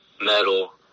metal